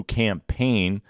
campaign